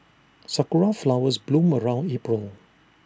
Sakura Flowers bloom around April